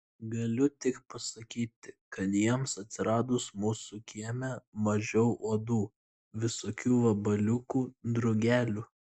galiu tik pasakyti kad jiems atsiradus mūsų kieme mažiau uodų visokių vabaliukų drugelių